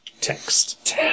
Text